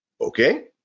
okay